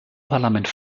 parlament